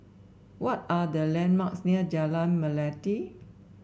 what are the landmarks near Jalan Melati